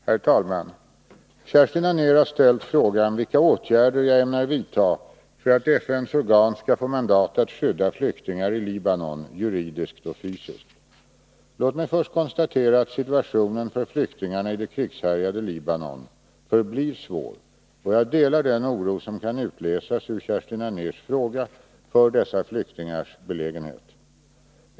Herr talman! Kerstin Anér har ställt frågan vilka åtgärder jag ämnar vidta för att FN:s organ skall få mandat att skydda flyktingar i Libanon juridiskt och fysiskt. Låt mig först konstatera att situationen för flyktingarna i det krigshärjade Libanon förblir svår, och jag delar den oro som kan utläsas ur Kerstin Anérs fråga för dessa flyktingars belägenhet.